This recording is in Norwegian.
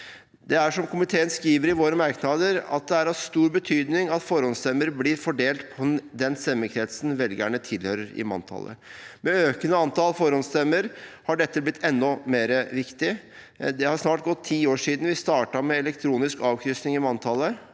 Det er, som komiteen skriver i sine merknader, av stor betydning at forhåndsstemmer blir fordelt på den stemmekretsen velgerne tilhører i manntallet. Med økende antall forhåndsstemmer har dette blitt enda mer riktig. Det har snart gått ti år siden vi startet med elektronisk avkryssing i manntallet,